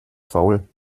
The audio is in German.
faul